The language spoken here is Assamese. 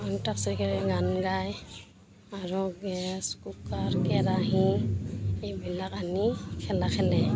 অন্ত আক্ষৰি খেলে গান গায় আৰু গেছ কুকাৰ কেৰাহী এইবিলাক আনি খেলা খেলে